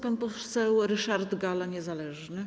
Pan poseł Ryszard Galla, niezależny.